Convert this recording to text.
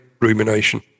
rumination